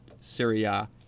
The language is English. syria